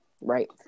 Right